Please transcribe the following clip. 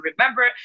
remember